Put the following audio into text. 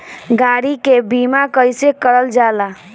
गाड़ी के बीमा कईसे करल जाला?